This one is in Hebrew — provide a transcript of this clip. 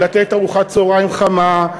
לתת ארוחת צהריים חמה,